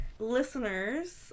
listeners